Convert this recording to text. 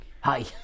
Hi